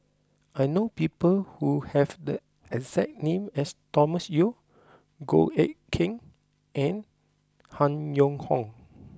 I know people who have the exact name as Thomas Yeo Goh Eck Kheng and Han Yong Hong